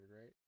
right